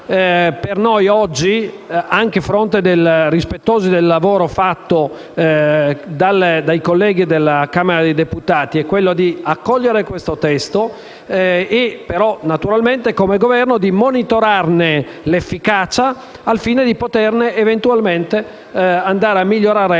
per noi oggi, anche rispettosi del lavoro svolto dai colleghi della Camera dei deputati, è quella di accogliere questo testo, però, naturalmente, come Governo, di monitorarne l’efficacia al fine di poterne eventualmente andarla a migliorare